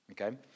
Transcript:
Okay